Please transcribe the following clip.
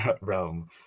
realm